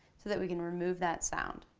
so that we can remove that sound.